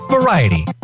Variety